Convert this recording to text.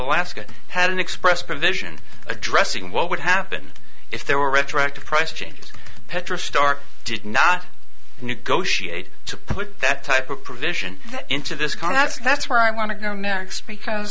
alaska had an express provision addressing what would happen if there were retroactive price changes petrof start did not negotiate to put that type of provision into this combat so that's where i want to go next because